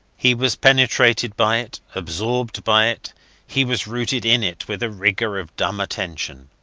he was penetrated by it, absorbed by it he was rooted in it with a rigour of dumb attention.